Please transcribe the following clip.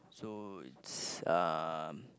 so it's um